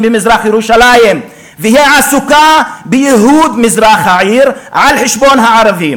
ממזרח-ירושלים ועסוקה בייהוד מזרח העיר על חשבון הערבים.